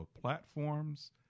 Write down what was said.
platforms